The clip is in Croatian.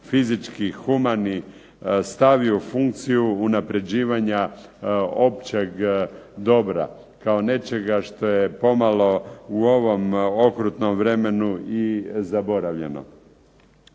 fizički, humani stavi u funkciju unapređivanja općeg dobra, kao nečega što je pomalo u ovom okrutnom vremenu i zaboravljeno.